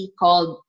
called